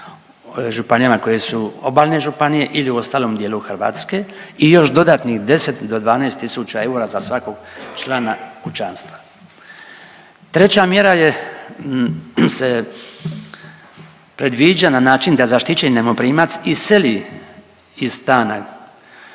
koje su obalne županije ili u ostalom dijelu Hrvatske. I još dodatnih 10 do 12000 eura za svakog člana kućanstva. Treća mjera se predviđa na način da zaštićeni najmoprimac iseli iz stana